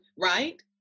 right